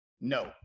no